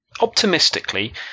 optimistically